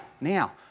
now